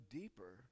deeper